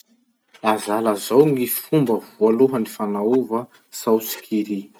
Lazalazao ny fomba voalohany fanaova saosy curry.